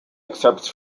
excerpts